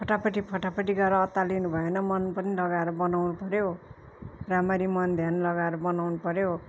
फटाफटी फटाफटी गरेर अत्तालिनु भएन मन पनि लगाएर बनाउनु पऱ्यो राम्ररी मन ध्यान लगाएर बनाउनु पऱ्यो